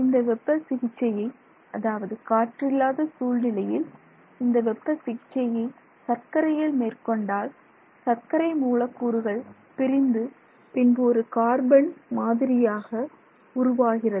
இந்த வெப்ப சிகிச்சையை அதாவது காற்றில்லாத சூழ்நிலையில் இந்த வெப்ப சிகிச்சையை சர்க்கரையில் மேற்கொண்டால் சர்க்கரை மூலக்கூறுகள் பிரிந்து பின்பு ஒரு கார்பன் மாதிரியாக உருவாகிறது